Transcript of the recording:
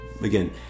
again